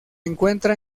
encuentra